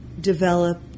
develop